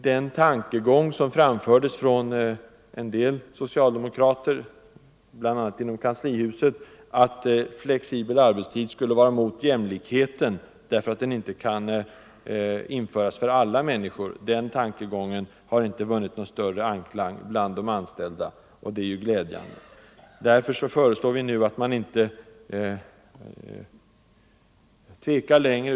Den tankegång som framfördes av en del socialdemokrater, bl.a. inom kanslihuset, att flexibel arbetstid skulle strida mot jämlikheten därför att den inte kan genomföras för alla, har inte vunnit någon större anklang bland de anställda. Det är glädjande. Därför föreslår vi nu att man inte tvekar längre.